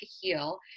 heal